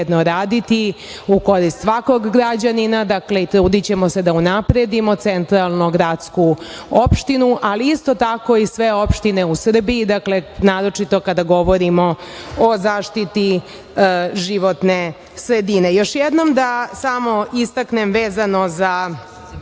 raditi u korist svakog građanina i trudićemo se da unapredimo centralno gradsku opštinu, ali isto tako i sve opštine u Srbiji, naročito kada govorimo o zaštiti životne sredine. Još jednom da samo istaknem vezano za